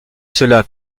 cela